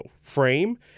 frame